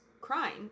crying